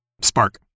spark